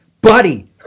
buddy